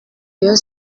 rayon